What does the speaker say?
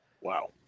Wow